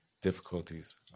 difficulties